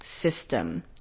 system